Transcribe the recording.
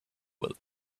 were